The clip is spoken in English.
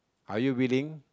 are you willing